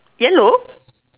yellow